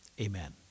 amen